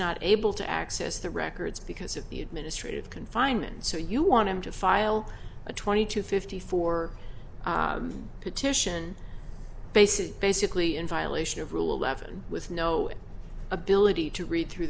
not able to access the records because of the administrative confinement so you want him to file a twenty to fifty four petition bases basically in violation of rule eleven with no ability to read through